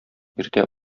иртә